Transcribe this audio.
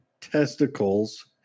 testicles